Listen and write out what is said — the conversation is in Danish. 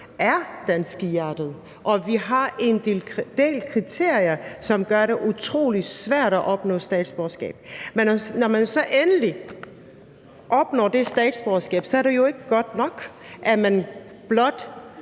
er danske i hjertet. Og vi har en del kriterier, som gør det utrolig svært at opnå statsborgerskab. Når man så endelig opnået statsborgerskab, er det jo ikke godt nok, at man blot